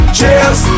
Cheers